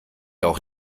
auch